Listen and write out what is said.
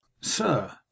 sir